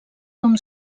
com